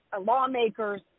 lawmakers